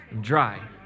Dry